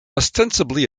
ostensibly